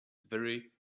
very